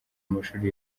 amashuri